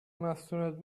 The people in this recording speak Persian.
مستونت